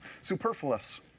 superfluous